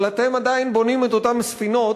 אבל אתם עדיין בונים את אותן ספינות,